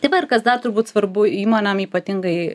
tai va ir kas dar turbūt svarbu įmonėm ypatingai